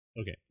Okay